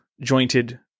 jointed